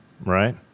right